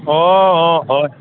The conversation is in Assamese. অঁ অঁ হয়